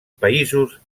països